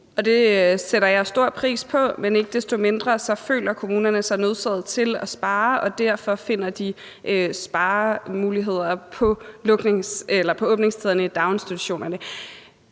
Det sætter jeg stor pris på, men ikke desto mindre føler kommunerne sig nødsaget til at spare, og derfor finder de sparemuligheder i forbindelse med åbningstiden i daginstitutionerne.